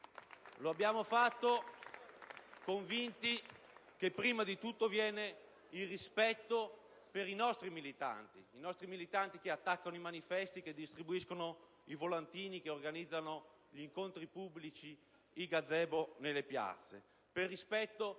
Lo abbiamo fatto convinti che, prima di tutto, viene il rispetto per i nostri militanti che attaccano i manifesti, che distribuiscono i volantini, che organizzano gli incontri pubblici e i gazebo nelle piazze;